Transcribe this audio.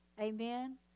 Amen